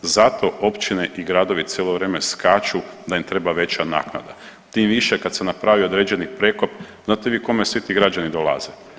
Zato općine i gradovi cijelo vrijeme skaču da im treba veća naknada, tim više kada se napravi određeni prekop znati vi kome svi ti građani dolaze?